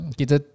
kita